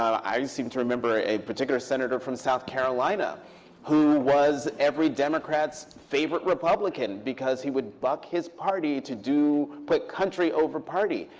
i seem to remember a particular senator from south carolina who was every democrat's favorite republican, because he would buck his party to put country over party.